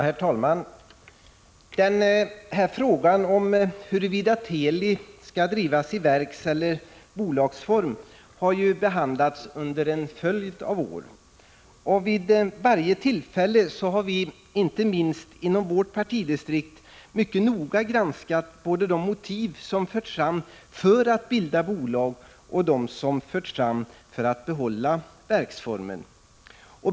Herr talman! Frågan om huruvida Teli skall drivas i verkseller bolagsform har behandlats under en följd av år. Vid varje tillfälle har vi, inte minst inom vårt partidistrikt, mycket noga granskat både de motiv som förts fram för att bilda bolag och dem som förts fram för att behålla verksformen.